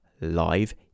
live